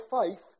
faith